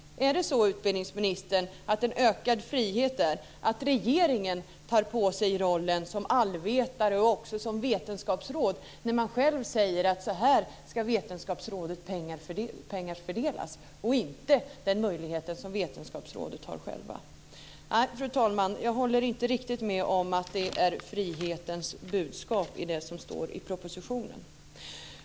Är det så, utbildningsministern, att en ökad frihet är att regeringen tar på sig rollen som allvetare och som vetenskapsråd när man säger att Vetenskapsrådets pengar ska fördelas så här och inte enligt den möjlighet som Vetenskapsrådet självt har? Nej, fru talman, jag håller inte riktigt med om att det är frihetens budskap som står i propositionen.